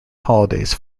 holidays